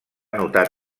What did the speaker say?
notar